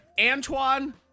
Antoine